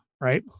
right